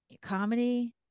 comedy